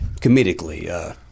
comedically